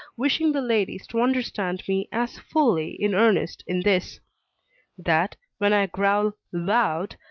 wishing the ladies to understand me as fully in earnest in this that when i growl loud,